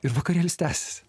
ir vakarėlis tęsiasi